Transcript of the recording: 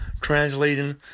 translating